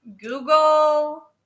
Google